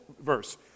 verse